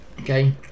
okay